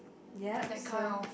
yep so